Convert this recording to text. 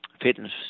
fitness